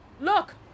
Look